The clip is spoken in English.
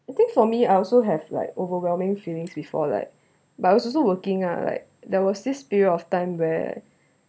I think for me I also have like overwhelming feelings before like but I also working ah like there was this few of times where